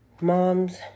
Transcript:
moms